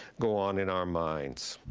go on in our minds.